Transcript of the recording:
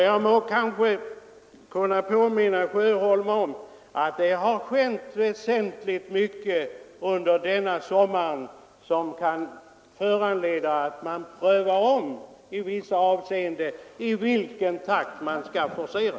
Jag må också kunna påminna herr Sjöholm om att det har hänt mycket under denna sommar som kan föranleda att man prövar om i vissa avseenden i vilken takt man skall forcera.